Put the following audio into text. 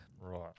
Right